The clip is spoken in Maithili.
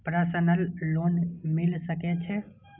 प्रसनल लोन मिल सके छे?